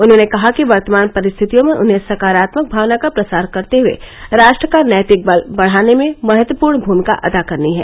उन्होंने कहा कि वर्तमान परिस्थितियों में उन्हें सकारात्मक भावना का प्रसार करते हुए राष्ट्र का नैतिक बल वढाने में महत्वपूर्ण भूमिका अदा करनी है